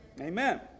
Amen